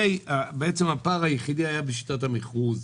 הפער היחיד היה בשיטת המכרוז,